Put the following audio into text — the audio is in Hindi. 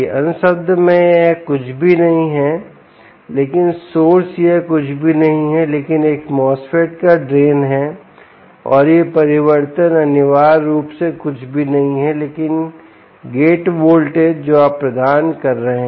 अन्य शब्द में यह कुछ भी नहीं है लेकिन सोर्स यह कुछ भी नहीं है लेकिन एक MOSFET का ड्रेन है और यह परिवर्तन अनिवार्य रूप से कुछ भी नहीं है लेकिन गेट वोल्टेज जो आप प्रदान कर रहे हैं